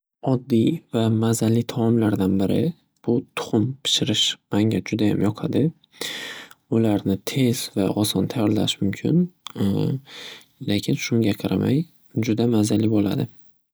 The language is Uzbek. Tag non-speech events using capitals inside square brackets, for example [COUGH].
Oddiy va mazali taomlardan biri bu tuxum pishirish manga judayam yoqadi. [NOISE] Ularni tez va oson tayyorlash mumkin, [HESITATION] lekin shunga qaramay juda mazali bo'ladi.